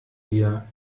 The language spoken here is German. wir